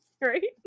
right